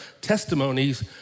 testimonies